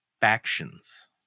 factions